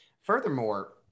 Furthermore